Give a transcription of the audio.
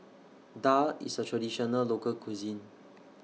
Daal IS A Traditional Local Cuisine